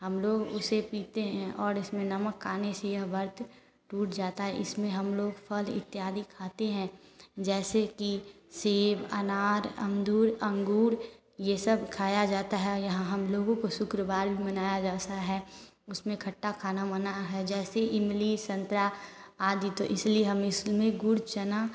हम लोग उसे पीते हैं और इसमें नमक खाने से यह व्रत टूट जाता है इसमें हम लोग फल इत्यादि खाते हैं जैसे कि सेब अनार अमरुद अंगूर ये सब खाया जाता है यहाँ हम लोगों को शुक्रवार भी मनाया जाता है उसमें खट्टा खाना मना है जैसे इमली संतरा आदि तो इसलिए हम इसमें गुड़ चना